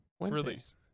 Release